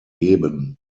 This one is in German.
geben